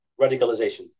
radicalization